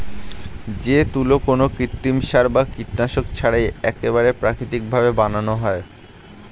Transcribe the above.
যে তুলো কোনো কৃত্রিম সার বা কীটনাশক ছাড়াই একেবারে প্রাকৃতিক ভাবে বানানো হয়